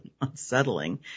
unsettling